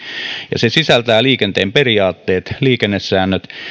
ja se sisältää liikenteen periaatteet liikennesäännöt